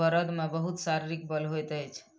बड़द मे बहुत शारीरिक बल होइत अछि